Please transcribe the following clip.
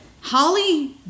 Holly